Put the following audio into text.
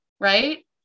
Right